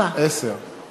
4. אני מוסיף לך עשר.